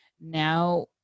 now